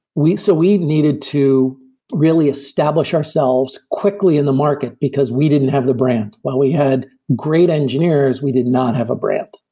so we needed to really establish ourselves quickly in the market, because we didn't have the brand. while we had great engineers, we did not have a brand.